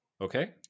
okay